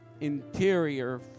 interior